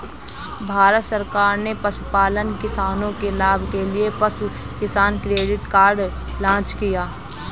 भारत सरकार ने पशुपालन किसानों के लाभ के लिए पशु किसान क्रेडिट कार्ड लॉन्च किया